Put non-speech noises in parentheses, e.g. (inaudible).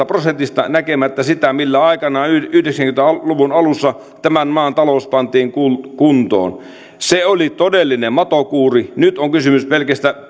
(unintelligible) prosentista näkemättä sitä millä aikanaan yhdeksänkymmentä luvun alussa tämän maan talous pantiin kuntoon se oli todellinen matokuuri nyt on kysymys pelkistä (unintelligible)